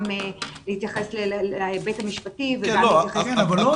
להתייחס להיבט המשפטי וגם להתייחס --- לא,